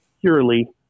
purely